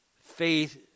faith